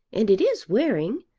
and it is wearing,